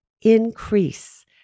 increase